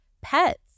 pets